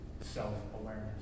self-awareness